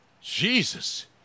Jesus